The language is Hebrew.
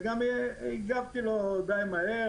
וגם הגבתי לו די מהר.